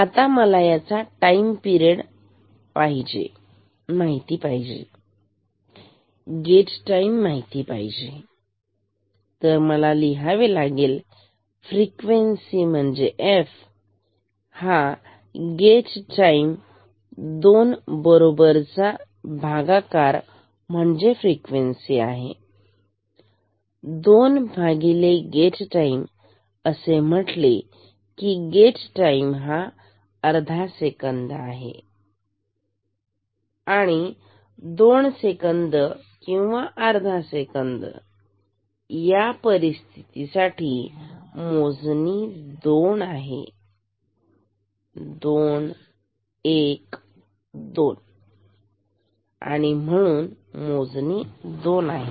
आता मला याचा टाईम माहीत पाहिजे गेट टाईम माहित आहे तर मला लिहावे लागेल फ्रिक्वेन्सी एफ गेट टाईम दोन बरोबरचा भागाकार म्हणजे फ्रिक्वेन्सी आहे दोन भागिले गेट टाईम असे म्हटले की गेट टाइम हा अर्धा सेकंद आहे दोन सेकंद किंवा अर्धा सेकंद या परिस्थितीसाठी मोजणी दोन आहे दोन एक दोन आणि म्हणून मोजणी ही दोन आहे